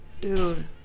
Dude